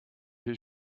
his